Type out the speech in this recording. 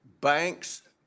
banks